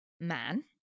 man